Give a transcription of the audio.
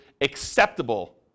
acceptable